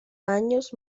años